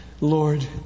Lord